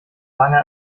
lange